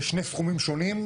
אבל זה שני סכומים שונים,